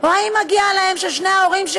וגם אחרינו,